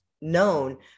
known